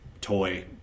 toy